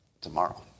tomorrow